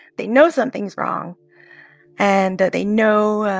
they know something's wrong and that they know,